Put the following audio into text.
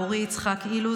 אורי יצחק אילוז,